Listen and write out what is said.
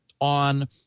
on